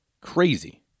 Crazy